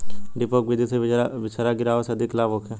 डेपोक विधि से बिचरा गिरावे से अधिक लाभ होखे?